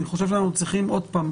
עוד פעם,